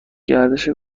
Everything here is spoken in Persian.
گردش